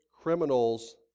criminals